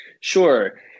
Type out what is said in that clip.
Sure